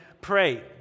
pray